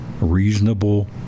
reasonable